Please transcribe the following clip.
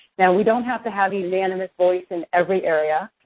now, we don't have to have a unanimous voice in every area,